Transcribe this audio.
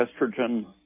estrogen